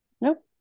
Nope